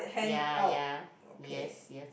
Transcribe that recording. ya ya yes yes